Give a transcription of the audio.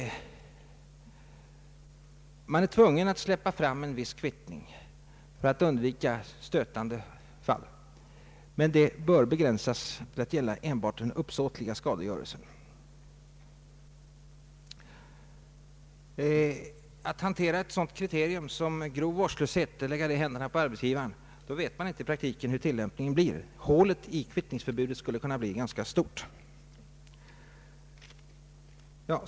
Man är tvungen att släppa fram en viss kvittning för att undvika stötande fall, men den bör begränsas till att gälla endast den uppsåtliga skadegörelsen. Lägger man i händerna på arbetsgivaren att hantera ett sådant kriterium som grov vårdslöshet, vet man inte hurudan tillämpningen blir i praktiken. Hålet i kvittningsförbudet skulle kunna bli ganska stort.